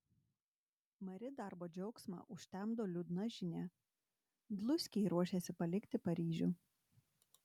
mari darbo džiaugsmą užtemdo liūdna žinia dluskiai ruošiasi palikti paryžių